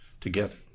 together